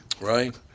Right